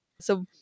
So-